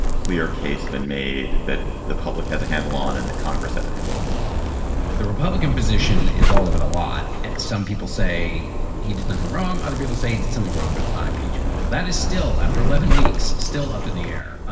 clear case been made that the public has a handle on it and that congress has a handle on the republican position is all over the lot some people say he did nothing wrong. other people say he did something wrong, but it's not impeachable. that is still after eleven weeks, still up in the air.